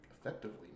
effectively